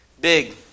Big